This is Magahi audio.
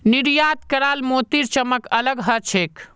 निर्यात कराल मोतीर चमक अलग ह छेक